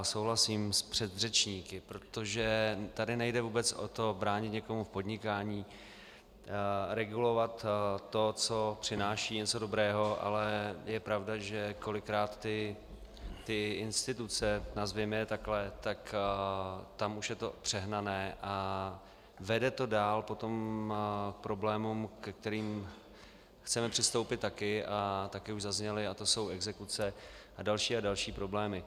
Souhlasím s předřečníky, protože tady vůbec nejde o to bránit někomu v podnikání, regulovat to, co přináší něco dobrého, ale je pravda, že kolikrát instituce, nazvěme je takhle, tam už je to přehnané a vede to potom dál k problémům, ke kterým chceme přistoupit taky, a taky už zazněly, a to jsou exekuce a další a další problémy.